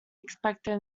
expected